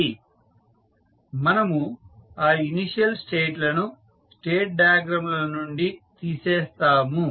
పుష్పా దించు మనము ఆ ఇనీషియల్ స్టేట్ లను స్టేట్ డయాగ్రమ్ ల నుండి తీసేస్తాము